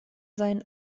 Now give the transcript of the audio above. seinen